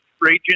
region